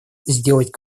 сделать